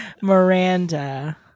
Miranda